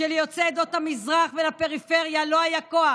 כשליוצאי עדות המזרח ולפריפריה לא היה כוח